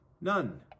None